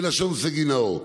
בלשון סגי נהור.